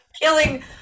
killing